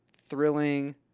thrilling